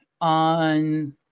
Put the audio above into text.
on